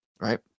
right